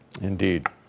Indeed